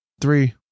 Three